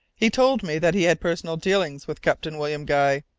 he told me that he had personal dealings with captain william guy.